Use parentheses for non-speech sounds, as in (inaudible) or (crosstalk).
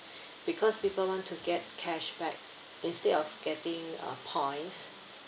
(breath) because people want to get cashback instead of getting uh points